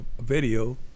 video